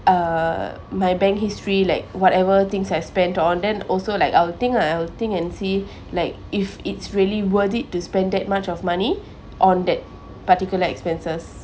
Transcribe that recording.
uh my bank history like whatever things I spent on then also like I'll think I'll think and see like if it's really worth it to spend that much of money on that particular expenses